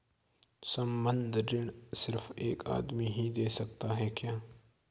संबंद्ध ऋण सिर्फ एक आदमी ही दे सकता है क्या?